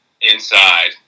inside